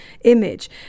image